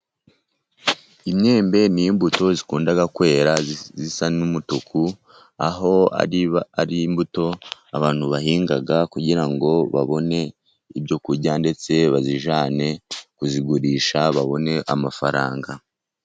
Imyembe ni imbuto zikunda kwera, zisa n'umutuku. Aho ari imbuto, abantu bahinga kugira ngo babone ibyo kurya, ndetse bazijyane kuzigurisha babone amafaranga.